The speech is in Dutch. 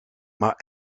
maar